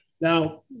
Now